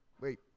Wait